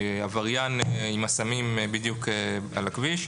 העבריין עם הסמים בדיוק על הכביש,